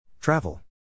Travel